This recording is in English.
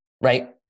right